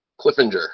Cliffinger